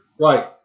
Right